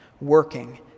working